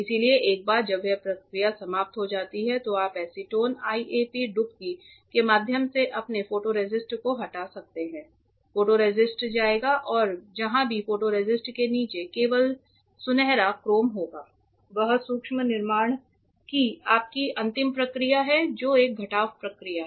इसलिए एक बार जब वह प्रक्रिया समाप्त हो जाती है तो आप एसीटोन IAP डुबकी के माध्यम से अपने फोटोरेसिस्ट को हटा सकते हैं फोटोरेसिस्ट जाएगा और जहां भी फोटोरेसिस्ट के नीचे केवल सुनहरा क्रोम रहेगा वह सूक्ष्म निर्माण की आपकी अंतिम प्रक्रिया है जो एक घटाव प्रक्रिया है